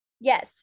Yes